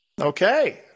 Okay